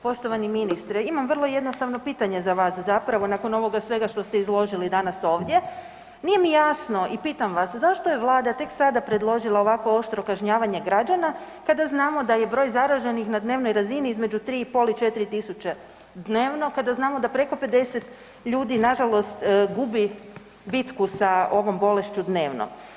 Poštovani ministre, imam vrlo jednostavno pitanje za vas, zapravo nakon ovoga svega što ste izložili danas ovdje, nije mi jasno i pitam vas, zašto je Vlada tek sada predložila ovako oštro kažnjavanje građana kada znamo da je broj zaraženih na dnevnoj razini između 3,5 i 4 tisuće dnevno, kada znamo da preko 50 ljudi nažalost gubi bitku sa ovom bolešću dnevno.